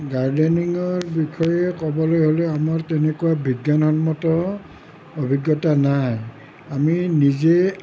গাৰ্ডেনিঙৰ বিষয়ে ক'বলৈ হ'লে আমাৰ তেনেকুৱা বিজ্ঞানসন্মত অভিজ্ঞতা নাই আমি নিজে